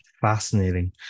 Fascinating